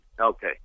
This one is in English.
Okay